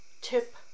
tip